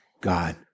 God